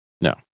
No